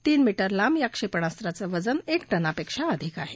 तीन मीटर लांब या क्षेपणास्त्राचं वजन एक टन पेक्षा अधिक आहे